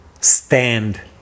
stand